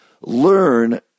learn